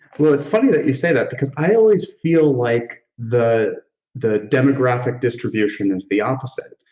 well, it's funny that you say that, because i always feel like the the demographic distribution is the opposite.